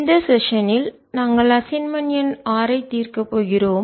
இந்த ஸெஸ்ஸென் ல் அமர்வில் நாங்கள் அசைன்மென்ட் எண் ஆறு ஐ தீர்க்கப் போகிறோம்